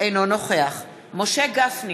אינו נוכח משה גפני,